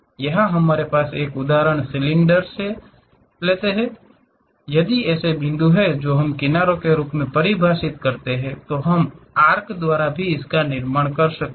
यहां हमारे पास ऐसा एक उदाहरण सिलेंडर है यदि ये ऐसे बिंदु हैं जो हम किनारों के रूप में परिभाषित कर रहे हैं तो हम आर्क द्वारा भी निर्माण कर सकते हैं